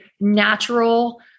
natural